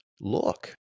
Look